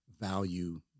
value